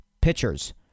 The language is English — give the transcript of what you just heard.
Pitchers